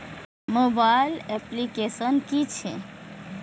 Mobile application कि छै?